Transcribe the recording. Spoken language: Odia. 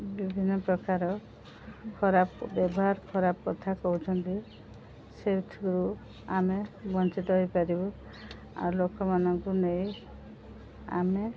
ବିଭିନ୍ନ ପ୍ରକାର ଖରାପ ବ୍ୟବହାର ଖରାପ କଥା କହୁଛନ୍ତି ସେଠୁ ଆମେ ବଞ୍ଚିତ ହୋଇପାରିବୁ ଆଉ ଲୋକମାନଙ୍କୁ ନେଇ ଆମେ